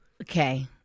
Okay